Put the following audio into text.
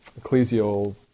ecclesial